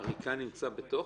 עריקה נמצא בתוכו?